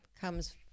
comes